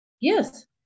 Yes